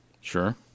Sure